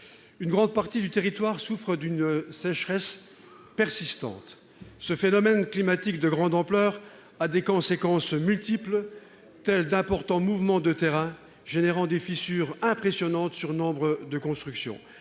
une grande partie du territoire souffre d'une sécheresse persistante. Ce phénomène climatique de grande ampleur a des conséquences multiples, telles que d'importants mouvements de terrain provoquant des fissures impressionnantes sur nombre de constructions.